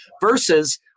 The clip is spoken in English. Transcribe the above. versus